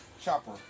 Chopper